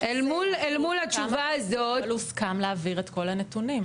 --- אל מול התשובה הזאת --- הוסכם להעביר את כל הנתונים.